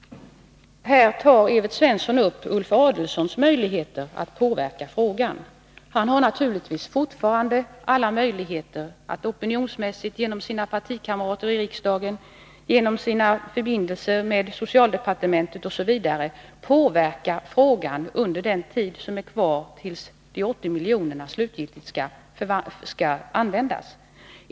Här tar Evert Svensson upp Ulf Adelsohns möjligheter att påverka frågan. Ulf Adelsohn har naturligtvis alla möjligheter att opinionsmässigt, genom sina partikamrater i riksdagen och via sina förbindelser med socialdepartementet påverka frågan under den tid som är kvar till dess de 80 miljonerna slutgiltigt skall användas.